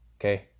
okay